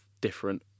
different